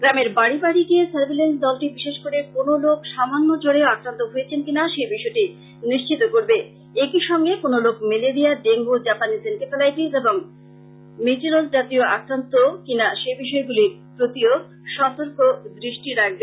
গ্রামের বাডি বাডি গিয়ে সারভিলিয়েন্স দলটি বিশেষ করে কোন লোক সামান্য জ্বরেও আক্রান্ত হয়েছেন কি না সেই বিষয়টি নিশ্চিত করবে একই সঙ্গে কোন লোক মেলেরিয়া ডেঙ্গু জাপানিজ এনকেফেলাইটিস এবং ম্যেজিলস ইত্যাদিতে আক্রান্ত কি না সেই বিষয় গুলির প্রতিও সতর্ক দৃষ্টি রাখবে